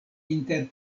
inter